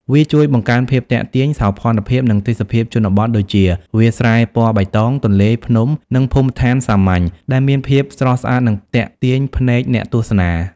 វាជួយបង្កើនភាពទាក់ទាញ សោភ័ណភាព និងទេសភាពជនបទដូចជា វាលស្រែពណ៌បៃតង ទន្លេ ភ្នំ និងភូមិឋានសាមញ្ញ ដែលមានភាពស្រស់ស្អាតនិងទាក់ទាញភ្នែកអ្នកទស្សនា។